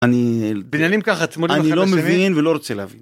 אני בניינים ככה, אני לא מבין ולא רוצה להבין.